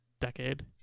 Decade